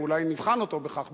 ואולי נבחן אותו בכך,